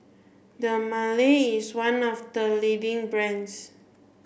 Dermale is one of the leading brands